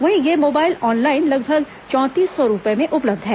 वहीं यह mobile online लगभग चौंतीस सौ रूपये में उपलब्ध है